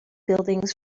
buildings